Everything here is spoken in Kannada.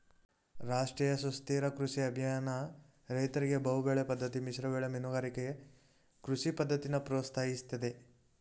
ರಾಷ್ಟ್ರೀಯ ಸುಸ್ಥಿರ ಕೃಷಿ ಅಭಿಯಾನ ರೈತರಿಗೆ ಬಹುಬೆಳೆ ಪದ್ದತಿ ಮಿಶ್ರಬೆಳೆ ಮೀನುಗಾರಿಕೆ ಕೃಷಿ ಪದ್ದತಿನ ಪ್ರೋತ್ಸಾಹಿಸ್ತದೆ